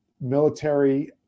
military